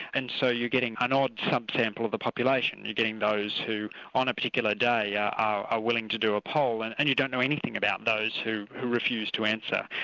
and so you're getting an odd sub-sample of the population, you're getting those who on a particular day yeah are are willing to do a poll, and and you don't know anything about those who who refuse to answer,